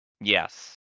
Yes